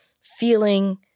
feeling